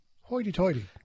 Hoity-toity